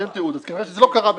אין תיעוד אז כנראה שזה לא קרה באמת.